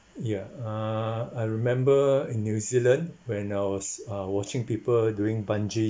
ya uh I remember in new zealand when I was uh watching people doing bungee